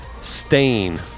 stain